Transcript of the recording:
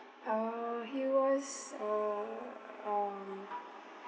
uh he was uh um